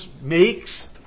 makes